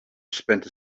spent